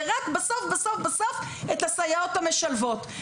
ובסוף-בסוף את הסייעות המשלבות.